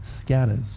scatters